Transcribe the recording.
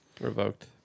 revoked